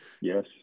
Yes